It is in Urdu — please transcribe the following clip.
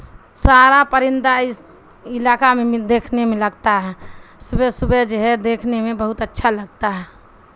سارا پرندہ اس علاقہ میں دیکھنے میں لگتا ہے صبح صبح جو ہے دیکھنے میں بہت اچھا لگتا ہے